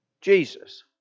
Jesus